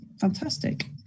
Fantastic